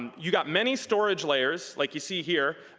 you've got many storage layers like you see here.